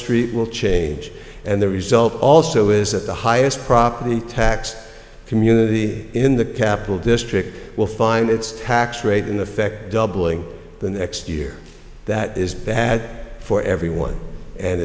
street will change and the result also is at the highest property tax community in the capital district will find its tax rate in effect doubling the next year that is bad for everyone and